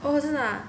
oh 真的 ah